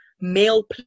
male